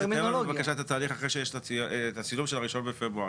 תתאר לנו בבקשה את התהליך אחרי שיש את הצילום של השני בפברואר.